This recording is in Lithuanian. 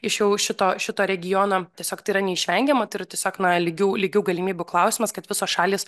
iš jau šito šito regiono tiesiog tai yra neišvengiama tai yra tiesiog na lygių lygių galimybių klausimas kad visos šalys